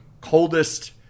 coldest